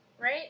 right